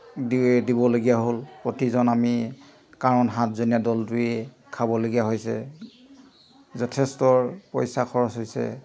দিবলগীয়া হ'ল প্ৰতিজন আমি কাৰণ সাতজনীয়া দলটোৱেই খাবলগীয়া হৈছে যথেষ্ট পইচা খৰচ হৈছে